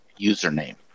username